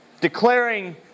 Declaring